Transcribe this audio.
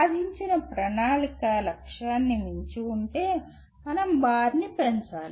సాధించిన ప్రణాళిక లక్ష్యాన్ని మించి ఉంటే మనం బార్ను పెంచాలి